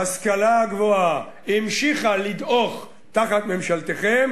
ההשכלה הגבוהה המשיכה לדעוך תחת ממשלתכם.